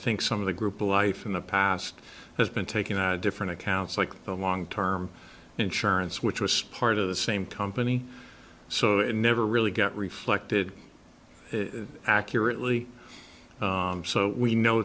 think some of the group life in the past has been taking that different accounts like the long term insurance which was part of the same company so it never really got reflected accurately so we know